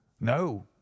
no